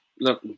look